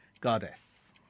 goddess